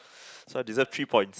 so I deserve three points